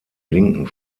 linken